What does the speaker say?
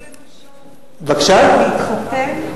להתחתן,